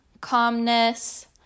calmness